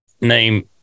name